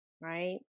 Right